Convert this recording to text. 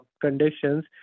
conditions